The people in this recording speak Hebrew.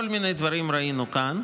כל מיני דברים ראינו כאן,